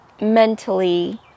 mentally